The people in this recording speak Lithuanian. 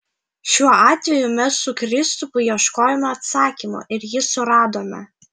šiuo atveju mes su kristupu ieškojome atsakymo ir jį suradome